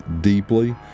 deeply